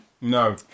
no